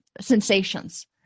sensations